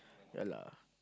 ya lah